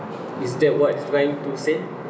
is that what you're trying to say